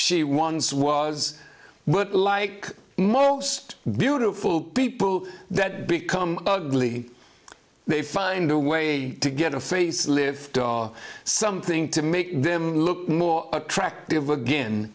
once was but like most beautiful people that become ugly they find a way to get a facelift or something to make them look more attractive again